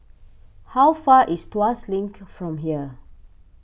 how far is Tuas Link from here